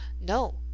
No